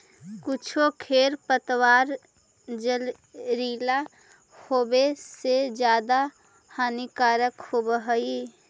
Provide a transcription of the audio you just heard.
कुछो खेर पतवार जहरीला होवे से ज्यादा हानिकारक होवऽ हई